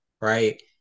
right